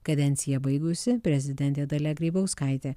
kadenciją baigusi prezidentė dalia grybauskaitė